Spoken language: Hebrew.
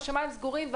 הם סגורים,